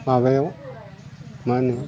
माबायाव माहोनो